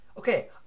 Okay